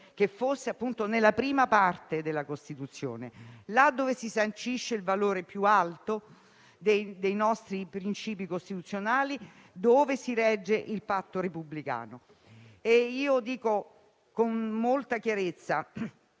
com'è giusto, nella prima parte della Costituzione, lì dove si sancisce il valore più alto dei nostri principi costituzionale, dove si regge il patto repubblicano. Dico una cosa con molta chiarezza.